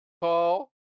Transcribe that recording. call